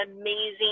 amazing